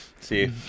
See